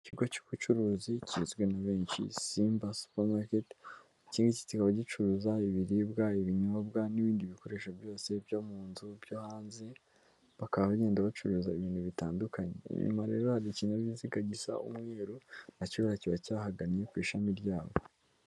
Ikigo cy'ubucuruzi kizwi na benshi Simba super market, iki ngiki kikaba gicuruza ibiribwa, ibinyobwa n'ibindi bikoresho byose byo mu nzu, byo hanze, bakaba bagenda bacuruza ibintu bitandukanye, inyuma rero hari ikinyabiziga gisa umweru na cyo buriya kiba cyahagannye ku ishami ryabo.